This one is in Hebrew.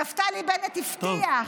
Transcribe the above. נפתלי בנט הבטיח,